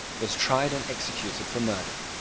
was tried and executed for murder.